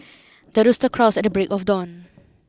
the rooster crows at the break of dawn